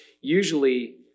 usually